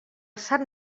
sant